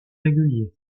régulier